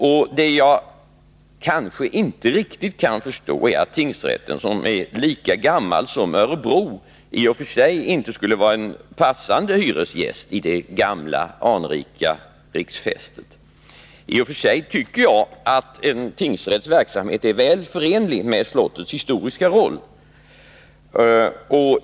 Vad jag kanske inte riktigt kan förstå är att tingsrätten, som är lika gammal som Örebro, inte skulle vara en passande hyresgäst i det gamla anrika riksfästet. I och för sig tycker jag att en tingsrätts verksamhet är väl förenlig med slottets historiska roll.